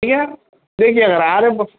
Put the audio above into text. ٹھیک ہے دیکھیے اگر آ رہے آپ